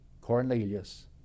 Cornelius